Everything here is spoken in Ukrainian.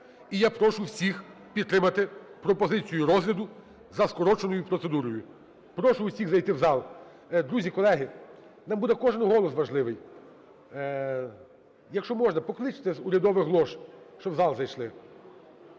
І я прошу всіх підтримати пропозицію розгляду за скороченою процедурою. Прошу всіх зайти в зал. Друзі, колеги, нам буде кожен голос важливий. Якщо можна, покличте з урядових лож, щоб в зал зайшли.